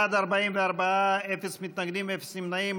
בעד, 44, אפס מתנגדים, אפס נמנעים.